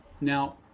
Now